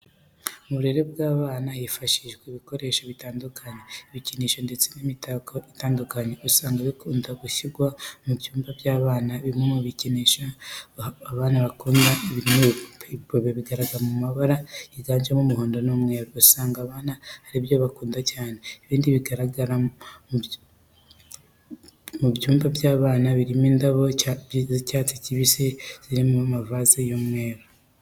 Mu burere bw'abana, hifashishwa ibikoresho bitandukanye. Ibikinisho ndetse n'imitako itandukanye usanga bikunda gushyirwa mu byumba by'abana. Bimwe mu bikinisho abana bakunda birimo n'ibipupe. Ibipupe bigaragara mu mabara yiganjemo umuhondo n'umweru, usanga abana ari byo bakunda cyane. Ibindi bigaragara mu byumba by'abana, birimo indabo z'icyatsi kibisi ziri mu mavaze y'imyeru.